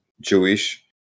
Jewish